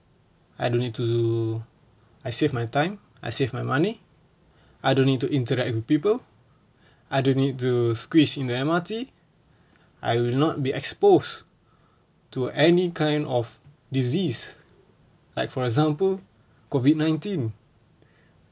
I don't need to I save my time I save my money I don't need to interact with people I don't need to squeeze in the M_R_T I will not be exposed to any kind of disease like for example COVID nineteen